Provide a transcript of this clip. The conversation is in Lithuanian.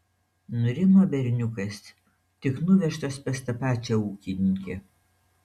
nurimo berniukas tik nuvežtas pas tą pačią ūkininkę